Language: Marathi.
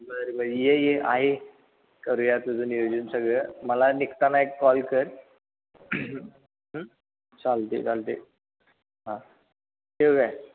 ये ये आहे करूया तुझं नियोजन सगळं मला निघताना एक कॉल कर चालते चालते हा ठेवू का